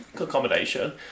accommodation